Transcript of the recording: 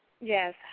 Yes